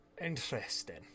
Interesting